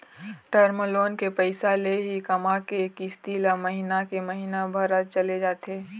term loan के पइसा ले ही कमा के किस्ती ल महिना के महिना भरत चले जाथे